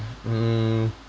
mm